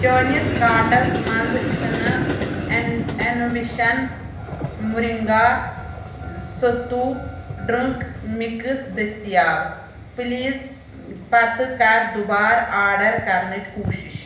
چٲنِس کارٹس منٛز چھِنہٕ انویشن مُرِنٛگا ستتو ڈرٛنٛک مِکس دٔسیتاب پلیز پتہٕ کر دُبار آرڈر کرنٕچ کوٗشش